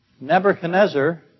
Nebuchadnezzar